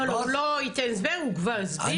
לא, הוא לא ייתן הסבר, הוא כבר הסביר.